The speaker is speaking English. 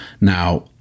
Now